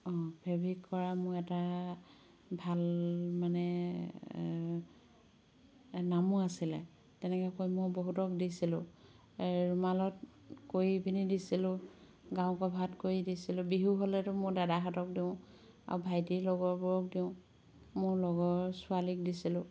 অঁ ফেব্ৰিক কৰা মোৰ এটা ভাল মানে নামো আছিলে তেনেকে কৰি মই বহুতক দিছিলোঁ ৰুমালত কৰি পিনে দিছিলোঁ গাৰু কভাৰত কৰি দিছিলোঁ বিহু হ'লেতো মোৰ দাদাহঁতক দিওঁ আৰু ভাইটিৰ লগৰবোৰক দিওঁ মোৰ লগৰ ছোৱালীক দিছিলোঁ